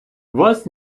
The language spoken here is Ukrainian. вас